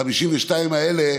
52 האלה,